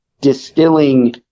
distilling